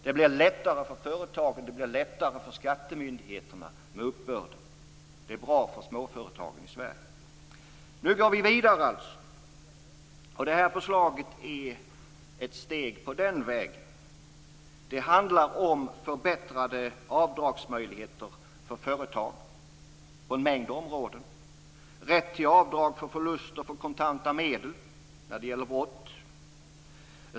Det blir lättare för företagen och skattemyndigheterna med uppbörden. Det är bra för småföretagen i Sverige. Nu går vi vidare. Det här förslaget är ett steg på den vägen. Det handlar om förbättrade avdragsmöjligheter för företag på en mängd områden. Rätt till avdrag för förluster av kontanta medel vid brott.